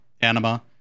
Anima